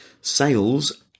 Sales